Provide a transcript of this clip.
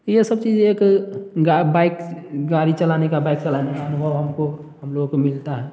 ये सब चीज एक बाइक गाड़ी चलाने का बाइक चलाने का अनुभव हमको हम लोगों को मिलता है